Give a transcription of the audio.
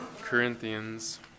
Corinthians